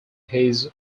his